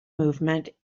movement